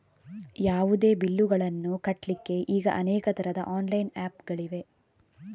ಯಾವುದೇ ಬಿಲ್ಲುಗಳನ್ನು ಕಟ್ಲಿಕ್ಕೆ ಈಗ ಅನೇಕ ತರದ ಆನ್ಲೈನ್ ಆಪ್ ಗಳಿವೆ